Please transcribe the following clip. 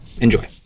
Enjoy